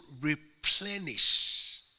replenish